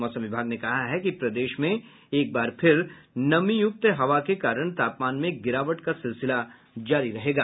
मौसम विभाग ने कहा है कि प्रदेश में एक बार फिर नमीयुक्त हवा के कारण तापमान में गिरावट का सिलसिला जारी रहेगा